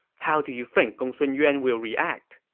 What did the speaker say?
how do you think gongsun yuan will react?